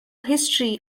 history